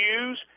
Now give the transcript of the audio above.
use